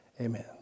Amen